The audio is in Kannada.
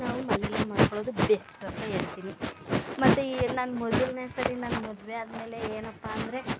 ನಾವು ಮನೇಲಿ ಮಾಡ್ಕೊಳ್ಳೋದು ಬೆಸ್ಟು ಅಂತ ಹೇಳ್ತೀನಿ ಮತ್ತೆ ಈ ನಾನು ಮೊದಲನೇ ಸರಿ ನಾನು ಮದುವೆ ಆದಮೇಲೆ ಏನಪ್ಪ ಅಂದರೆ